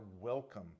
welcome